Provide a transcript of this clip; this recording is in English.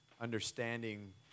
understanding